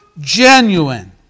genuine